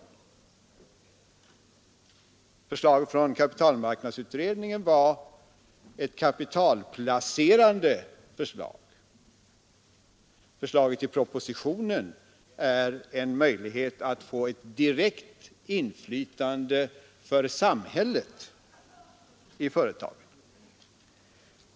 Förslaget från kapitalmarknadsutredningen var ett kapitalplaceringsförslag. Förslaget i propositionen innebär en möjlighet att få ett direkt samhälleligt inflytande i företagen.